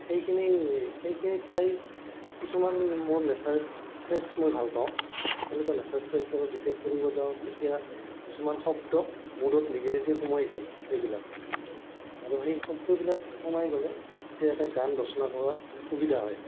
সেইখিনি সেইখিনি ঠাই কিছুমান মোৰ নেচাৰেল প্লেছ মই ভাল পাওঁ তেনেকুৱা নেচাৰেল প্লেছবিলাকত যেতিয়া ফুৰিব যাওঁ তেতিয়া কিছুমান শব্দ মূৰত নিজে নিজে সোমাই যায় সেইবিলাক আৰু সেই শব্দবিলাক সোমাই গ'লে তেতিয়া এটা গান ৰচনা কৰাত সুবিধা হয়